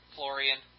Florian